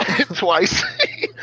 Twice